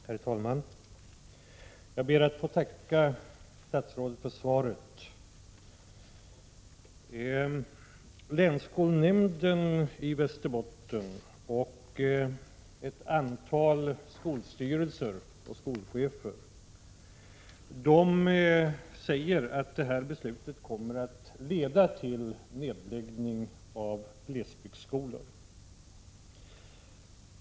Herr talman! Jag ber att få tacka statsrådet för svaret. Länsskolnämnden i Västerbotten och ett antal skolstyrelser och skolchefer säger att detta beslut kommer att leda till nedläggning av glesbygdsskolor.